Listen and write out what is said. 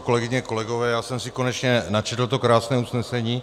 Kolegyně, kolegové, já jsem si konečně načetl to krásné usnesení.